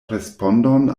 respondon